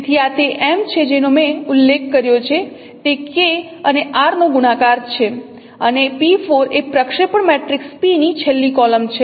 સ્લાઇડમાં 04 49 સમયે ચકાસો તેથી આ તે M છે જેનો મેં ઉલ્લેખ કર્યો છે તે K અને R નો ગુણાકાર છે અને p4 એ પ્રક્ષેપણ મેટ્રિક્સ P ની છેલ્લી કોલમ છે